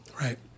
Right